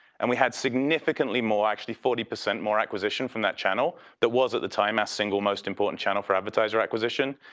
and we had significantly more, actually forty percent more acquisition from that channel that was at the time our single most important channel for advertiser acquisition.